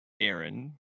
Aaron